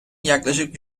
yaklaşık